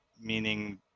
meaning